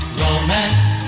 Romance